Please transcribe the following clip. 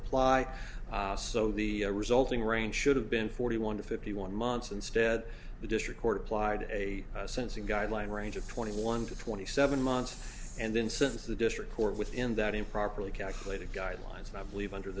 apply so the resulting range should have been forty one to fifty one months instead the district court applied a sense a guideline range of twenty one to twenty seven months and then since the district court within that improperly calculated guidelines and i believe under